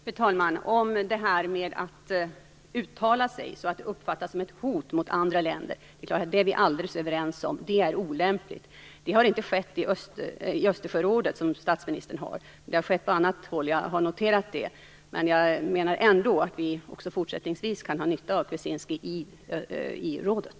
Fru talman! Vi är alldeles överens om att det är olämpligt att uttala sig så att det uppfattas som ett hot mot andra länder. Det har inte skett i statsministerns Östersjöråd, men det har skett på annat håll. Jag har noterat det. Jag menar ändå att vi också fortsättningsvis kan ha nytta av Julij Kvitsinskij i rådet.